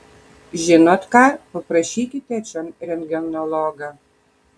žinot ką paprašykite čion rentgenologą